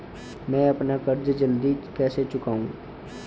मैं अपना कर्ज जल्दी कैसे चुकाऊं?